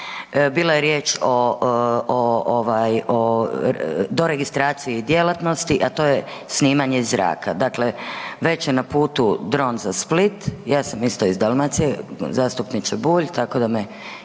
bilo je riječ o doregistraciji djelatnosti, a to je snimanje iz zraka. Dakle, već je na putu dron za Split, ja sam isto iz Dalmacije zastupniče Bulj tako da mi je